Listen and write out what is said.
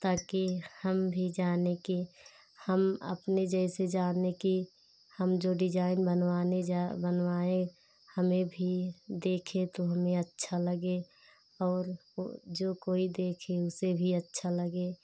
ताकि हम भी जाने कि हम अपने जैसे जाने कि हम जो डिजाईन बनवाने जा बनवाए हमें भी देखें तो हमे अच्छा लगे और जो कोई देखे उसे भी अच्छा लगे